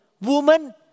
Woman